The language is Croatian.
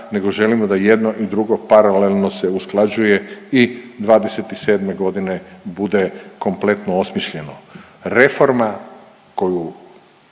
nego želimo da jedno i drugo paralelno se usklađuje i '27. godine bude kompletno osmišljeno. Reforma koju